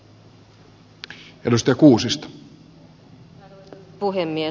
arvoisa puhemies